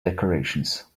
decorations